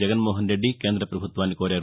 జగన్మోహన్ రెడ్డి కేంద పభుత్వాన్ని కోరారు